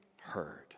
heard